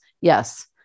Yes